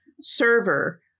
server